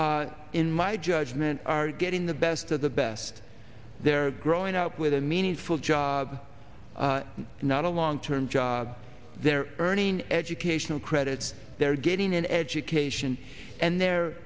volunteers in my judgment are getting the best of the best they're growing up with a meaningful job not a long term job they're earning educational credits they're getting an education and the